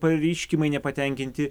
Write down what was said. pareiškimai nepatenkinti